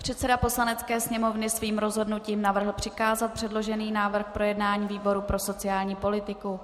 Předseda Poslanecké sněmovny svým rozhodnutím navrhl přikázat předložený návrh k projednání výboru pro sociální politiku.